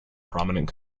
prominent